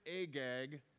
Agag